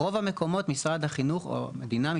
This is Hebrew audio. ברוב המקומות משרד החינוך או המדינה,